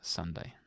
Sunday